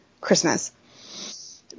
Christmas